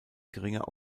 geringer